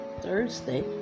Thursday